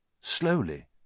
Slowly